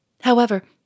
However